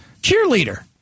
cheerleader